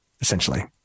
essentially